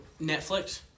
Netflix